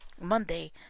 Monday